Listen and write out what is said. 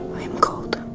i'm cold.